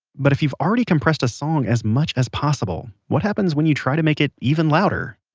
but if you've already compressed a song as much as possible, what happens when you try to make it even louder?